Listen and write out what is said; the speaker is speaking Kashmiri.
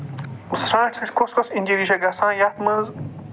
سۭتۍ سۭتۍ کُس کُس اِنجُری چھِ گژھان یَتھ منٛز